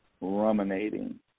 ruminating